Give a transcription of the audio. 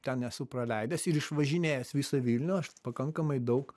ten esu praleidęs ir išvažinėjęs visą vilnių aš pakankamai daug